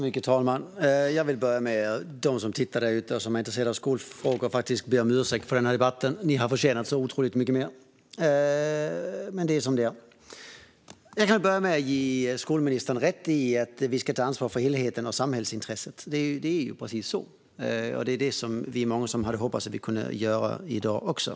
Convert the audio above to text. Fru talman! Jag vill börja med att be dem där ute som tittar och som är intresserade av skolfrågor om ursäkt för den här debatten. Ni har förtjänat otroligt mycket mer. Men det är som det är. Jag kan ge skolministern rätt i att vi ska ta ansvar för helheten och samhällsintresset. Det är precis så. Det var det som många av oss hade hoppats att vi kunde göra i dag också.